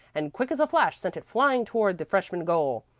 and quick as a flash sent it flying toward the freshman goal.